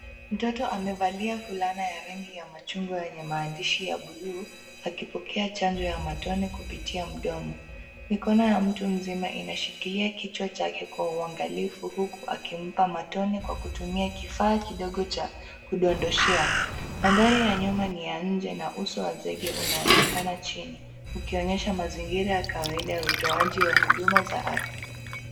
Mtoto amevalia fulana ya rangi ya machungwa yenye maandishi ya buluu, akipokea chanjo ya matone kupitia mdomo. Mikono ya mtu mzima inashikilia kichwa chake kwa uangalifu huku akimpa matone kwa kutumia kifaa kidogo cha kudodoshea. Mandhari ya nyuma ni ya nje na uso wa zege unaonekana chini, ukionyesha mazingira ya kawaida ya utoaji wa huduma za afya.